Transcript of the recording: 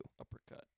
Uppercut